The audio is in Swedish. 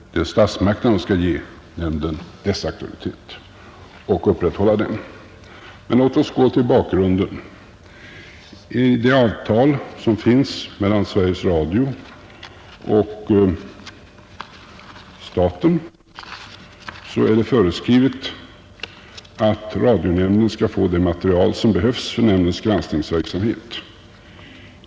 Det är statsmakterna som skall ge nämnden dess auktoritet och upprätthålla den. Men låt oss gå till bakgrunden. I det avtal som finns mellan Sveriges Radio och staten är det föreskrivet att radionämnden skall få det material som behövs för nämndens granskningsverksamhet.